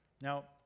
Now